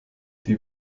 die